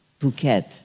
Phuket